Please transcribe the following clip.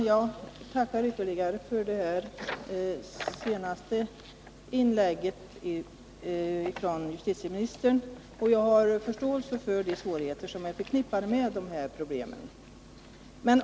Herr talman! Jag tackar för det senaste inlägget från justitieministern. Jag har förståelse för de svårigheter som är förknippade med dessa problem.